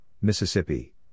Mississippi